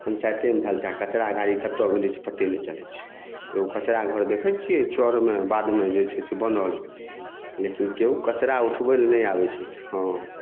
पंचायतेमे धएल छै आ कचड़ा गाड़ी कतऽ गेलै से पते नहि चलै छै एगो कचड़ा घर देखै छियै चड़मे बाधमे जे छै से बनल लेकिन केओ कचड़ा उठबै लऽ नहि आबै छथि हँ